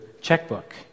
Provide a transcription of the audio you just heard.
checkbook